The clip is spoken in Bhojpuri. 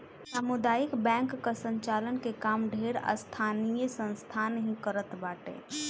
सामुदायिक बैंक कअ संचालन के काम ढेर स्थानीय संस्था ही करत बाटे